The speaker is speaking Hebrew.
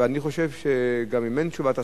ואני חושב שגם אם אין תשובת השר,